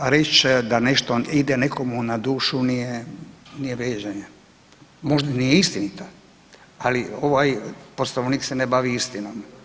A reći da nešto ide nekome na dušu nije vrijeđanje, možda nije istinit ali ovaj Poslovnik se ne bavi istinom.